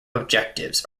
objectives